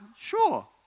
Sure